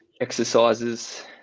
exercises